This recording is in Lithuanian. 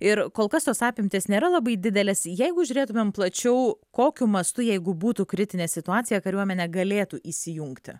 ir kol kas tos apimtys nėra labai didelės jeigu žiūrėtumėm plačiau kokiu mastu jeigu būtų kritinė situacija kariuomenė galėtų įsijungti